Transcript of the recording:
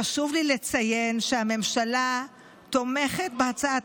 חשוב לי לציין שהממשלה תומכת בהצעת